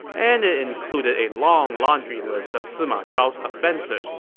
and it included a long laundry list of sima zhao's offenses.